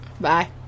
Bye